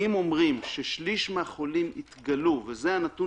אם אומרים ששליש מהחולים התגלו וזה הנתון